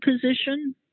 position